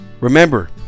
remember